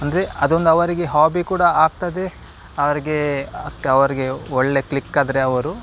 ಅಂದರೆ ಅದೊಂದು ಅವರಿಗೆ ಹಾಬಿ ಕೂಡ ಆಗ್ತದೆ ಅವರಿಗೆ ಅಕ್ಕ ಅವರಿಗೆ ಒಳ್ಳೆಯ ಕ್ಲಿಕ್ಕಾದರೆ ಅವರು